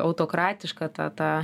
autokratišką tą tą